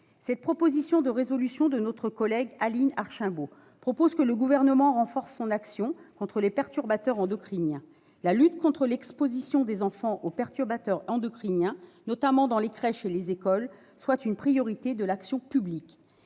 Cette proposition de résolution de notre collège Aline Archimbaud vise à prévoir que le Gouvernement renforce son action contre les perturbateurs endocriniens et à faire de la lutte contre l'exposition des enfants aux perturbateurs endocriniens, notamment dans les crèches et les écoles, une priorité de l'action publique.